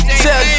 tell